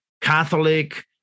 Catholic